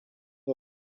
ya